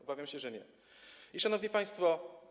Obawiam się, że nie. Szanowni Państwo!